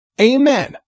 Amen